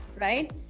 right